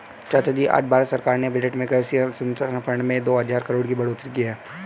चाचाजी आज भारत सरकार ने बजट में कृषि अवसंरचना फंड में दो हजार करोड़ की बढ़ोतरी की है